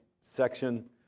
section